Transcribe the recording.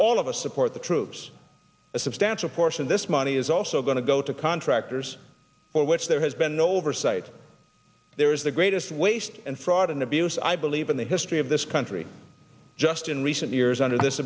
all of us support the troops a substantial portion of this money is also going to go to contractors for which there has been no oversight there is the greatest waste and fraud and abuse i believe in the history of this country just in recent years under this